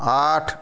आठ